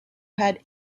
had